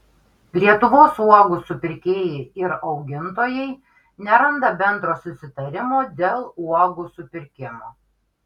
lietuvos uogų supirkėjai ir augintojai neranda bendro susitarimo dėl uogų supirkimo